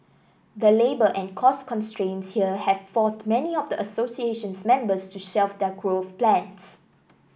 the labour and cost constraints here have forced many of the association's members to shelf their growth plans